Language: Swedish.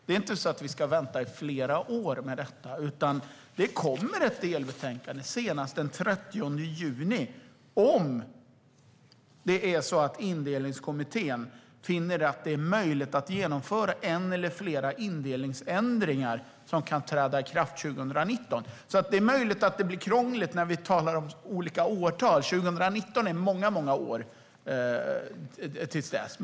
Det är inte så att vi ska vänta i flera år med detta, utan det kommer ett delbetänkande senast den 30 juni om det är så att Indelningskommittén finner att det är möjligt att genomföra en eller flera indelningsändringar som kan träda i kraft 2019. Det är möjligt att det blir krångligt när vi talar om olika årtal. Det är många år till 2019.